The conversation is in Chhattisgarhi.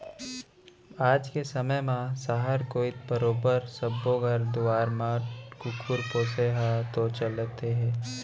आज के समे म सहर कोइत बरोबर सब्बो घर दुवार म कुकुर पोसे ह तो चलते हे